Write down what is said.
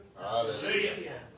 Hallelujah